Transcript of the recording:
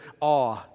awe